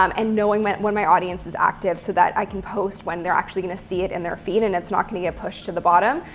um and knowing when when my audience is active so that i can post when they're actually going to see it in their feed and it's not going to get pushed to the bottom.